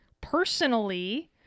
personally